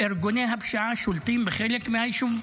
ארגוני הפשיעה שולטים בחלק מהיישוב,